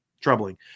troubling